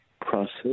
process